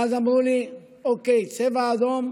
ואז אמרו לי: אוקיי, צבע אדום,